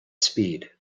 speed